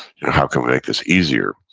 you know how can we make this easier?